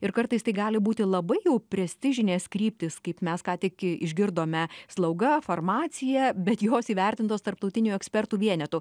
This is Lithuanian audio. ir kartais tai gali būti labai jau prestižinės kryptys kaip mes ką tik išgirdome slauga farmacija bet jos įvertintos tarptautinių ekspertų vienetu